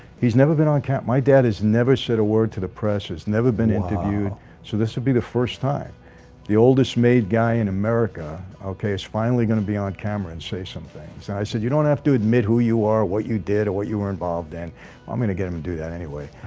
he's never been on account my dad has never said a word to the press has never been interviewed so this would be the first time the oldest made guy in america okay is finally gonna be on camera and say some things and i said you don't have to admit who you are what you did or what you were involved in i'm gonna get him to do that anyway,